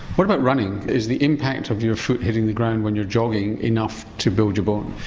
what about running, is the impact of your foot hitting the ground when you're jogging enough to build your bones?